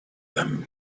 them